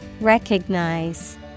Recognize